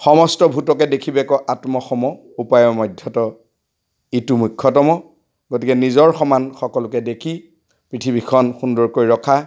সমস্ত ভূতকে দেখিবেক আত্মসম উপায় মধ্যত ইটো মুখ্যতম গতিকে নিজৰ সমান সকলোকে দেখি পৃথিৱীখন সুন্দৰকৈ ৰখা